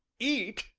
eat!